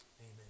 Amen